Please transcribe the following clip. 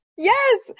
Yes